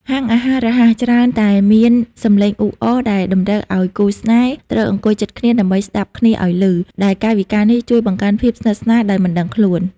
ហាងអាហាររហ័សច្រើនតែមានសំឡេងអ៊ូអរ ដែលតម្រូវឱ្យគូស្នេហ៍ត្រូវអង្គុយជិតគ្នាដើម្បីស្ដាប់គ្នាឱ្យឮ ដែលកាយវិការនេះជួយបង្កើនភាពស្និទ្ធស្នាលដោយមិនដឹងខ្លួន។